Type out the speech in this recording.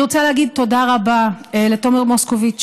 אני רוצה להגיד תודה רבה לתומר מוסקוביץ